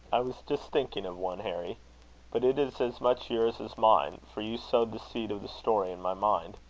i was just thinking of one, harry but it is as much yours as mine, for you sowed the seed of the story in my mind.